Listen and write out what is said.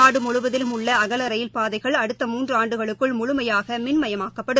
நாடு முழுவதிலும் உள்ள அகல ரயில் பாதைகள் அடுத்த மூன்று ஆண்டுகளுக்குள் முழுமையாக மின்மயமாக்கப்படும்